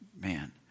man